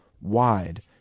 wide